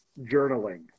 journaling